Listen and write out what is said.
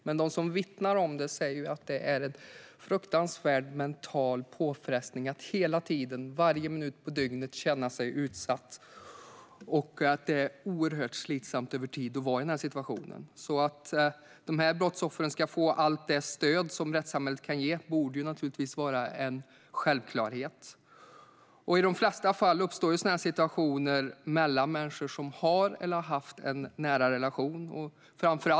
Men de som vittnar om det säger att det är en fruktansvärd mental påfrestning att hela tiden, varje minut på dygnet, känna sig utsatt och att det är oerhört slitsamt över tid att vara i den här situationen. Att de här brottsoffren ska få allt det stöd som rättssamhället kan ge borde naturligtvis vara en självklarhet. I de flesta fall uppstår sådana här situationer mellan människor som har eller har haft en nära relation.